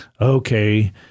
Okay